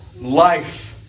life